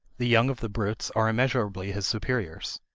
the young of the brutes are immeasurably his superiors.